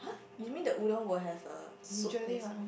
you mean the udon will have a soup base